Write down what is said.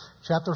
chapter